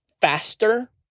faster